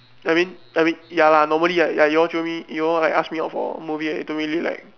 I mean I mean ya lah normally like like you all jio me you all like ask me out for a movie I don't really like